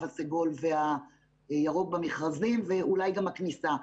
הסגול והירוק במכרזים ואולי גם הכניסה.